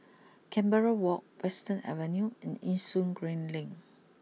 Canberra walk Western Avenue and Yishun Green Link